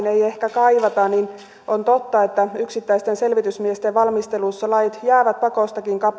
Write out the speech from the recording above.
ei ehkä kaivata takaisin on totta että yksittäisten selvitysmiesten valmistelussa lait jäävät pakostakin